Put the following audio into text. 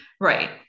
right